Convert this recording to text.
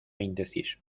indeciso